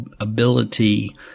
ability